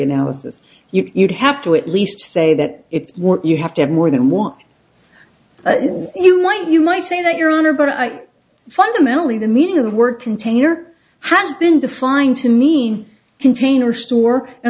analysis you'd have to at least say that it's what you have to have more than one you might you might say that your honor but i fundamentally the meaning of the word container has been defined to mean container store and